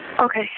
Okay